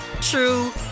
true